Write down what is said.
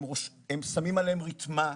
הם שמים עליהם רתמה,